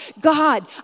God